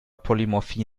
polymorphie